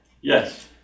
Yes